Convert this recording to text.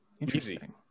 Interesting